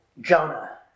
Jonah